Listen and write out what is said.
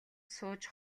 сууж